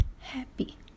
happy